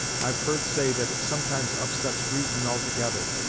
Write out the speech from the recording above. i've heard say that it sometimes upsets reason altogether,